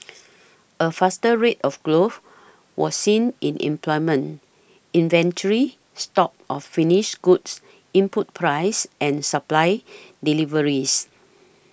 a faster rate of growth was seen in employment inventory stocks of finished goods input prices and supplier deliveries